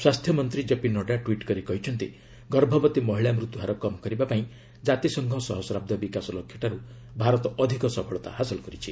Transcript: ସ୍ୱାସ୍ଥ୍ୟମନ୍ତ୍ରୀ ଜେପି ନଡ୍ଡା ଟ୍ୱିଟ୍ କରି କହିଛନ୍ତି ଗର୍ଭବତୀ ମହିଳା ମୃତ୍ୟୁହାର କମ୍ କରିବାପାଇଁ ଜାତିସଂଘ ସହସ୍ରାବ୍ଦ ବିକାଶ ଲକ୍ଷ୍ୟଠାରୁ ଭାରତ ଅଧିକ ସଫଳତା ହାସଲ କରିଛି